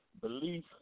belief